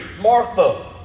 Martha